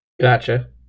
Gotcha